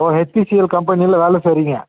ஓ HCL கம்பெனியில வேலை செய்யறீங்க